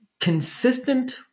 consistent